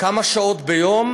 כמה שעות ביום?